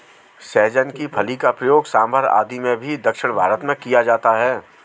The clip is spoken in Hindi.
सहजन की फली का प्रयोग सांभर आदि में भी दक्षिण भारत में किया जाता है